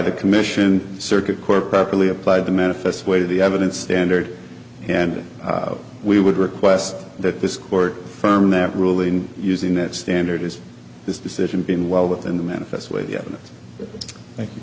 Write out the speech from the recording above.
the commission circuit court properly applied the manifest way to the evidence standard and we would request that this court firm that rule in using that standard is this decision been well within the manifestly thank you